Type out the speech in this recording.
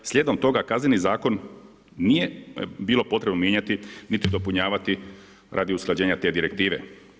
Slijedom toga Kazneni zakon nije bilo potrebno mijenjati, niti dopunjavati radi usklađenja te direktive.